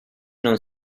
non